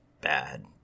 bad